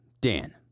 Dan